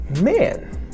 Man